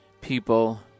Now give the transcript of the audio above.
people